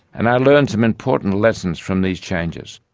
and i learned some important lessons from these changes.